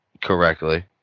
correctly